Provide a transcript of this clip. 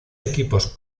equipos